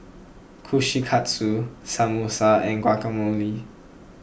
Kushikatsu Samosa and Guacamole